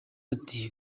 ati